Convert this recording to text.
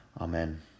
Amen